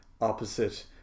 opposite